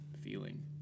feeling